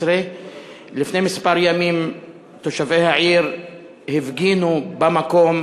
או 2012. לפני כמה ימים תושבי העיר הפגינו במקום,